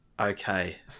Okay